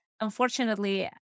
unfortunately